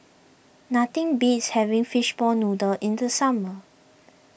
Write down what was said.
nothing beats having Fishball Noodle in the summer